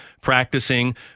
practicing